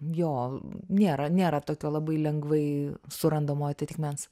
jo nėra nėra tokio labai lengvai surandamo atitikmens